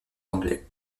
anglais